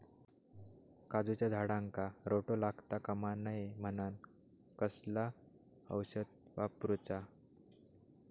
काजूच्या झाडांका रोटो लागता कमा नये म्हनान कसला औषध वापरूचा?